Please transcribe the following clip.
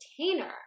container